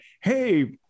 Hey